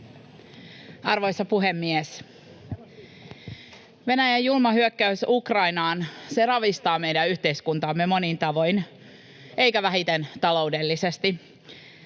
Arvoisa puhemies! Venäjän julma hyökkäys Ukrainaan, se ravistaa yhteiskuntaamme monin tavoin eikä vähiten taloudellisesti.